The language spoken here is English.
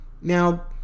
Now